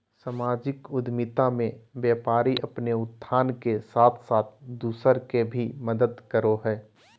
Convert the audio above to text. सामाजिक उद्द्मिता मे व्यापारी अपने उत्थान के साथ साथ दूसर के भी मदद करो हय